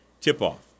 tip-off